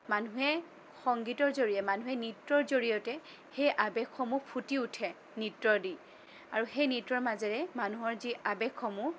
মানুহে সংগীতৰ জৰিয়তে মানুহে নৃত্যৰ জৰিয়তে সেই আৱেগসমূহ ফুটি উঠে নৃত্য দি আৰু সেই নৃত্যৰ মাজেৰে মানুহৰ যি আৱেগসমূহ